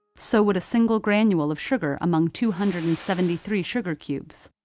so would a single granule of sugar among two hundred and seventy three sugar cubes,